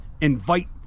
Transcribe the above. invite